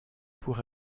pour